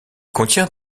contient